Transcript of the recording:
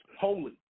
Holy